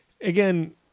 again